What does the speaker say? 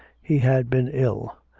he had been ill,